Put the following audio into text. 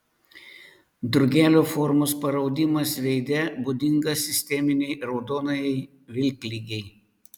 drugelio formos paraudimas veide būdingas sisteminei raudonajai vilkligei